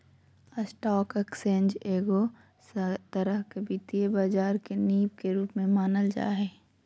stock exchange एगो तरह से वित्तीय बाजार के नींव के रूप मे मानल जा हय